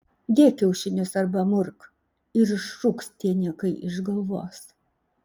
dėk kiaušinius arba murk ir išrūks tie niekai iš galvos